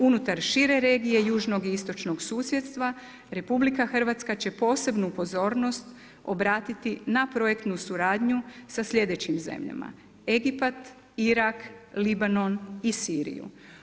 Unutar šire regije južnog i istočnog susjedstva, RH, će posebnu pozornost, obratiti na suradnju sa sljedećim zemljama, Egipat, Irak, Libanon i Siriju.